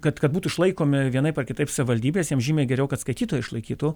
kad kad būtų išlaikomi vienaip ar kitaip savivaldybės jiems žymiai geriau kad skaitytojai išlaikytų